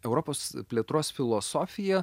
europos plėtros filosofija